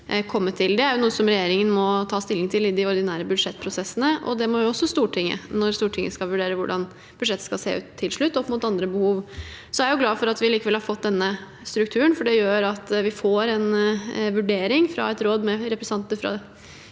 Det er noe regjeringen må ta stilling til i de ordinære budsjettprosessene, og det må også Stortinget når de skal vurdere hvordan budsjettet skal se ut til slutt opp mot andre behov. Jeg er glad for at vi likevel har fått denne strukturen, for det gjør at vi får en vurdering fra et råd med representanter fra